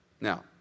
Now